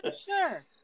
sure